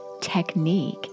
technique